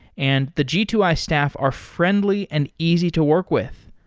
and the g two i staff are friendly and easy to work with.